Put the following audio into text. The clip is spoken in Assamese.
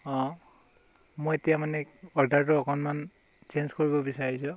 অ' মই এতিয়া মানে অৰ্ডাৰটো অকণমান চেঞ্জ কৰিব বিচাৰিছো